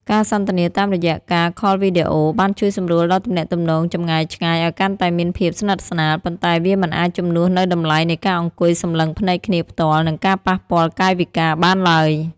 ការសន្ទនាតាមរយៈការខលវីដេអូ បានជួយសម្រួលដល់ទំនាក់ទំនងចម្ងាយឆ្ងាយឱ្យកាន់តែមានភាពស្និទ្ធស្នាល ប៉ុន្តែវាមិនអាចជំនួសនូវតម្លៃនៃការអង្គុយសម្លឹងភ្នែកគ្នាផ្ទាល់ និងការប៉ះពាល់កាយវិការបានឡើយ។